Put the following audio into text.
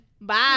Bye